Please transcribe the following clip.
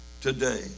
Today